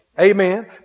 Amen